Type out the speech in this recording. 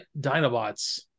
Dinobots